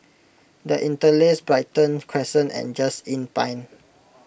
the Interlace Brighton Crescent and Just Inn Pine